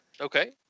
Okay